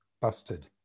busted